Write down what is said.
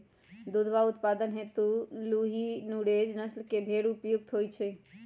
दुधवा उत्पादन हेतु लूही, कूका, गरेज और नुरेज नस्ल के भेंड़ उपयुक्त हई